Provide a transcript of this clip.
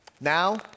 Now